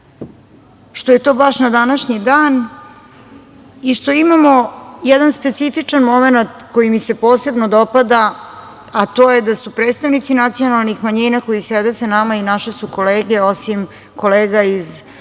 što je to baš na današnji dan i što imamo jedan specifičan momenat koji mi se posebno dopada, a to je da su predstavnici nacionalnih manjina koji sede sa nama i naše su kolege, osim kolega iz Saveza